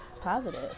positive